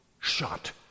shot